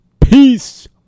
Peace